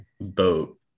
boat